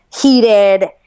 heated